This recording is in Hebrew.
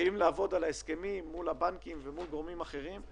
מתחילים לעבוד על ההסכמים מול הבנקים ומול גורמים אחרים.